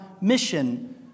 mission